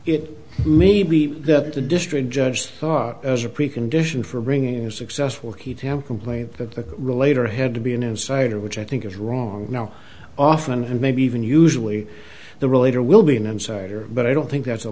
it may be that the district judge thought as a precondition for bringing a successful he'd have complained that the relator had to be an insider which i think is wrong now often him maybe even usually the relator will be an insider but i don't think that's a